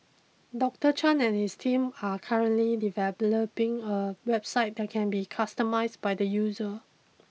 Doctor Chan and his team are currently developing a website that can be customised by the user